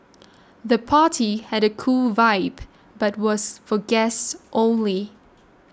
the party had a cool vibe but was for guests only